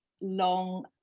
long